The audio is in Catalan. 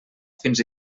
fins